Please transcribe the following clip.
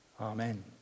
Amen